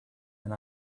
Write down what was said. and